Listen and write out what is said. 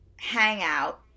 hangout